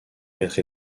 quatre